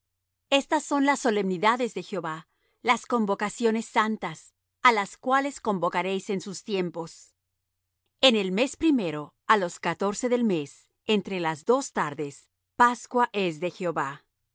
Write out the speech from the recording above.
estas son las solemnidades de jehová las convocaciones santas á las cuales convocaréis en sus tiempos en el mes primero á los catorce del mes entre las dos tardes pascua es de jehová